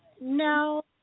no